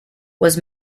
was